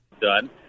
done